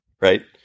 right